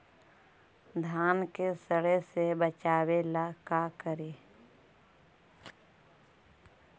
धान के सड़े से बचाबे ला का करि?